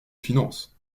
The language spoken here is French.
finances